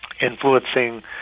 influencing